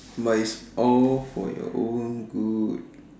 but it's all for your own good